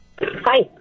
Hi